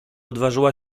odważyła